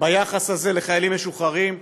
ביחס הזה לחיילים משוחררים,